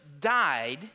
died